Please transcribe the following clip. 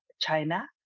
China